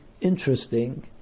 interesting